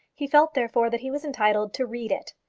he felt, therefore, that he was entitled to read it,